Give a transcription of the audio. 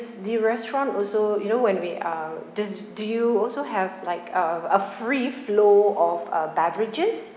the restaurant also you know when we are does do you also have like uh a free flow of uh beverages